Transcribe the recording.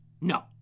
No